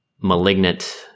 malignant